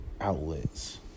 outlets